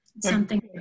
Something-